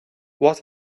what